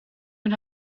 hun